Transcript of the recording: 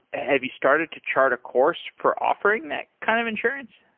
have you started to chart a course for offering that kind of insurance?